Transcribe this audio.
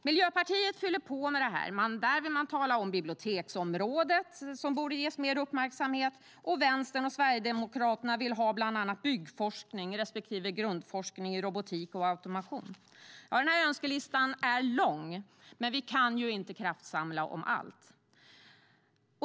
Miljöpartiet fyller på med att tala om att biblioteksområdet borde ges mer uppmärksamhet, och Vänstern och Sverigedemokraterna vill ha bland annat byggforskning respektive grundforskning i robotik och automation. Ja, önskelistan är lång, men vi kan ju inte kraftsamla om allt.